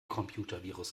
computervirus